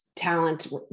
talent